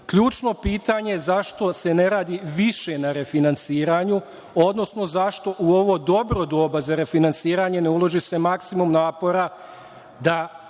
Ključno je pitanje zašto se ne radi više na refinansiranju, odnosno zašto se u ovo dobro doba za refinansiranje ne uloži maksimum napora da